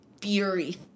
fury